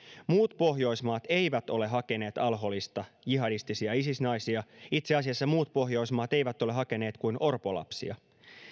muut pohjoismaat eivät ole hakeneet al holista jihadistisia isis naisia itse asiassa muut pohjoismaat eivät ole hakeneet kuin orpolapsia